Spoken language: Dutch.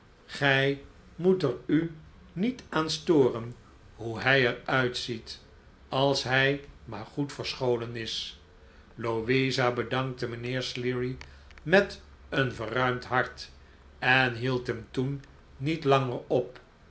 gij moet er u niet aan storen hoe hij er uitziet als hij maar goed verscholen is louisa bedankte mijnheer sleary met een verruimd hart en hield hem toen niet langer op